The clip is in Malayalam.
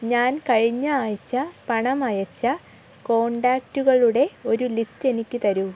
ഞാൻ കഴിഞ്ഞ ആഴ്ച പണം അയച്ച കോൺടാക്റ്റുകളുടെ ഒരു ലിസ്റ്റ് എനിക്ക് തരൂ